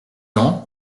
ans